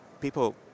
people